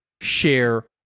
share